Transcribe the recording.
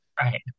right